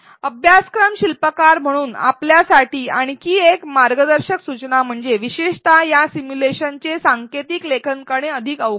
अभ्यासक्रम शिल्पकार म्हणून आपल्यासाठी आणखी एक मार्गदर्शक सूचना म्हणजे विशेषत या सिमुलेशनचे सांकेतिक लेखन करणे अधिक अवघड आहे